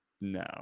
no